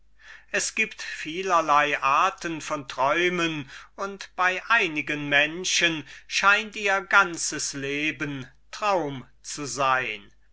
es gibt vielerlei arten von träumen und bei einigen menschen scheint ihr ganzes leben traum zu sein